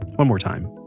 one more time.